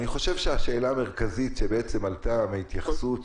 אני חושב שהשאלה המרכזית שבעצם עלתה בהתייחסות